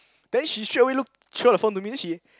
then she straight away look throw the phone to me then she